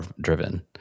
driven